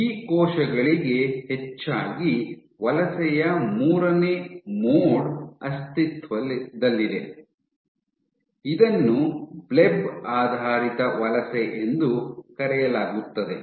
ಈ ಕೋಶಗಳಿಗೆ ಹೆಚ್ಚಾಗಿ ವಲಸೆಯ ಮೂರನೇ ಮೋಡ್ ಅಸ್ತಿತ್ವದಲ್ಲಿದೆ ಇದನ್ನು ಬ್ಲೆಬ್ ಆಧಾರಿತ ವಲಸೆ ಎಂದು ಕರೆಯಲಾಗುತ್ತದೆ